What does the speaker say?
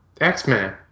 X-Men